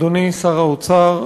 אדוני שר האוצר,